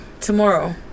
tomorrow